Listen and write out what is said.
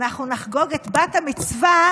אנחנו נחגוג את בת-המצווה